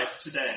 today